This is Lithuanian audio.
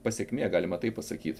pasekmė galima taip pasakyt